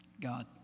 God